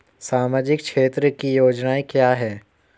सामाजिक क्षेत्र की योजनाएं क्या हैं?